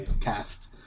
cast